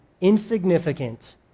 insignificant